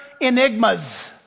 enigmas